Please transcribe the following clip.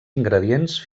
ingredients